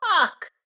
fuck